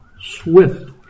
swift